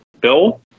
bill